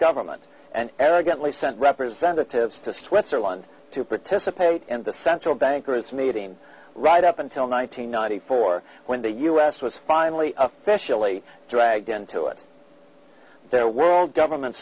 government and arrogantly sent representatives to switzerland to participate in the central bankers meeting right up until nine hundred ninety four when the us was finally officially dragged into it their world government